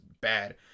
bad